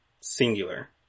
singular